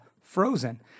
frozen